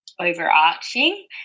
overarching